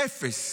אפס,